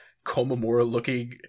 Komamura-looking